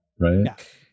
right